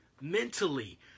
mentally